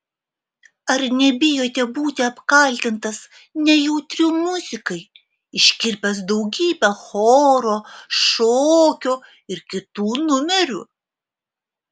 ar nebijote būti apkaltintas nejautriu muzikai iškirpęs daugybę choro šokio ir kitų numerių